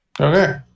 Okay